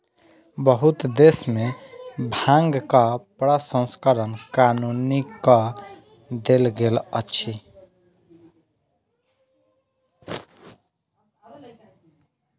बहुत देश में भांगक प्रसंस्करण कानूनी कअ देल गेल अछि